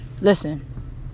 listen